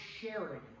sharing